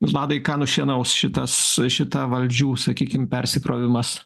vladai ką nušienaus šitas šita valdžių sakykim persikrovimas